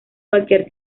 cualquier